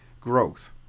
growth